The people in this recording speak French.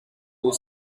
aux